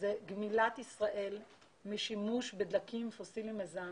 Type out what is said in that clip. שהיא גמילת ישראל משימוש בדלקים שורפים ומזהמים.